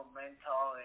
mental